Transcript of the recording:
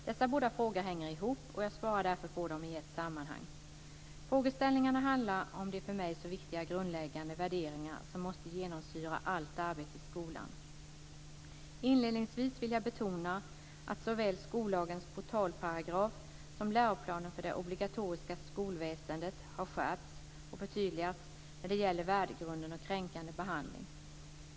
Dessa båda frågor hänger ihop och jag svarar därför på dem i ett sammanhang. Frågeställningarna handlar om de för mig så viktiga grundläggande värderingar som måste genomsyra allt arbete i skolan. Inledningsvis vill jag betona att såväl skollagens portalparagraf som läroplanen för det obligatoriska skolväsendet har skärpts och förtydligats när det gäller värdegrunden och kränkande behandling.